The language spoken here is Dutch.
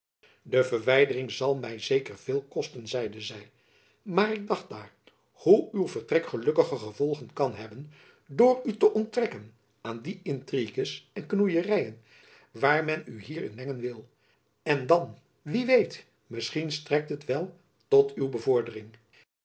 de verwijdering zal my zeker veel kosten zeide zy maar ik dacht daar hoe uw vertrek gelukkige gevolgen kan hebben door u te onttrekken aan die intrigues en knoeieryen waar men u hier in mengen wil en dan wie weet misschien strekt het wel tot uw bevordering